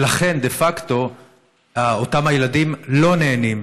ולכן דה פקטו אותם הילדים לא נהנים